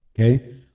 okay